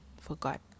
Forgot